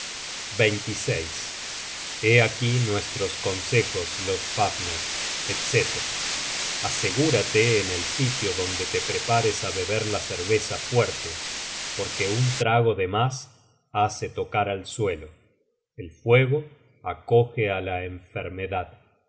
hé aquí nuestros consejos lodfafner etc asegúrate en el sitio donde te prepares á beber la cerveza fuerte porque un trago de mas hace tocar al suelo el fuego acoge á la enfermedad